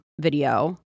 video